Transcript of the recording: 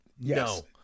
No